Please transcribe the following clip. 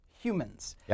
humans